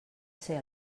ser